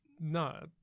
No